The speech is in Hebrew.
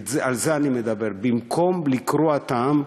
ועל זה אני מדבר: במקום לקרוע את העם,